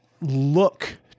look